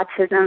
autism